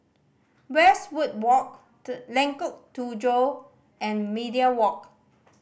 Westwood Walk The Lengkok Tujoh and Media Walk